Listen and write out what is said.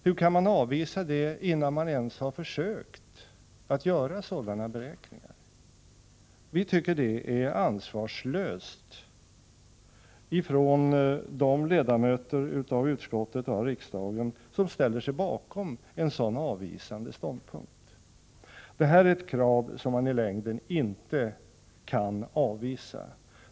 Hur kan man avvisa det innan man ens har försökt göra sådana beräkningar? Vi tycker det är ansvarslöst av de ledamöter av utskottet och av riksdagen som ställt sig bakom en sådan avvisande ståndpunkt. Det här är ett krav som man i längden inte kan avvisa.